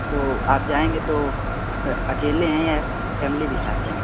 तो आप जाएंगे तो अकेले हैं या फैमली भी साथ है